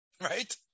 right